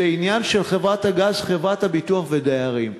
זה עניין של חברת הגז, חברת הביטוח והדיירים.